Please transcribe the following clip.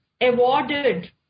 awarded